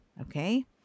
okay